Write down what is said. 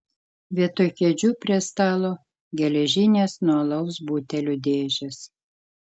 vietoj kėdžių prie stalo geležinės nuo alaus butelių dėžės